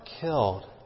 killed